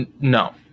No